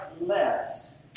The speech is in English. less